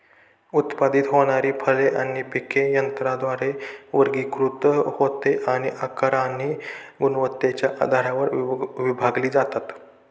उत्पादित होणारी फळे आणि पिके यंत्राद्वारे वर्गीकृत होते आणि आकार आणि गुणवत्तेच्या आधारावर विभागली जातात